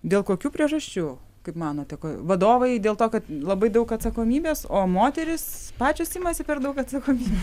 dėl kokių priežasčių kaip manote ko vadovai dėl to kad labai daug atsakomybės o moterys pačios imasi per daug atsakomybių